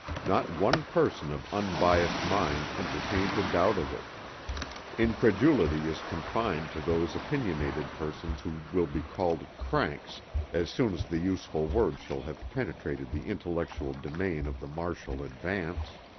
not one person of unbiased mind entertains a doubt of it incredulity is confined to those opinionated persons who will be called cranks as soon as the useful word shall have penetrated the intellectual demesne of the marshall advance.